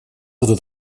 этот